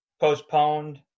postponed